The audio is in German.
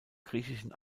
griechischen